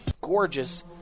gorgeous